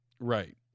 Right